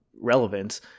relevance